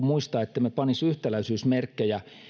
muistaa ettemme panisi yhtäläisyysmerkkejä